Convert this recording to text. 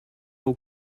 aux